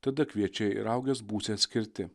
tada kviečiai ir raugės būsi atskirti